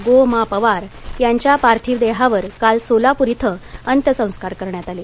गो मा पवार यांच्या पार्थिव देहावर काल सोलापूर इथं अंत्यसंस्कार करण्यात आले